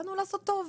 באנו לעשות טוב.